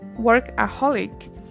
workaholic